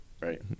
right